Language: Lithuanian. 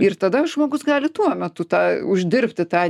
ir tada žmogus gali tuo metu tą uždirbti tą